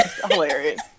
hilarious